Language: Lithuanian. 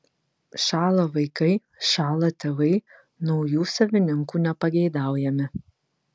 šąla vaikai šąla tėvai naujų savininkų nepageidaujami